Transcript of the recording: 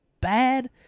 bad